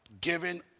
giving